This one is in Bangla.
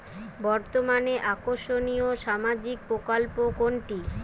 বর্তমানে আকর্ষনিয় সামাজিক প্রকল্প কোনটি?